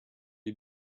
you